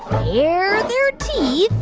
yeah bare their teeth.